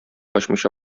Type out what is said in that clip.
ачмыйча